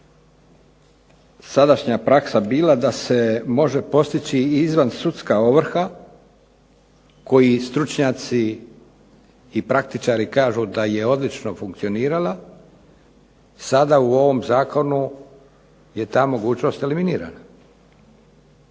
sadašnja praksa bila da se može postići izvansudska ovrha koji stručnjaci i praktičari kažu da je odlično funkcionirala, sada u ovom zakonu je ta mogućnost eliminirana.